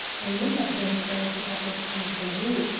i would have done so if it had not been for you.